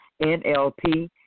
NLP